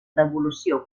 devolució